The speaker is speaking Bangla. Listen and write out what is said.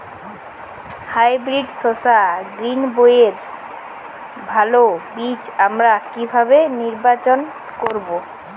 হাইব্রিড শসা গ্রীনবইয়ের ভালো বীজ আমরা কিভাবে নির্বাচন করব?